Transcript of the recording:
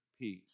peace